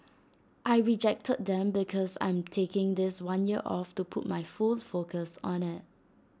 I rejected them because I'm taking this one year off to put my full focus on IT